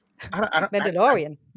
Mandalorian